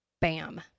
Bam